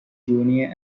junior